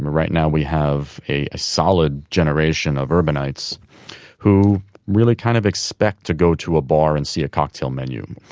right now we have a a solid generation of urbanites who really kind of expect to go to a bar and see a cocktail menu.